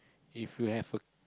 if you have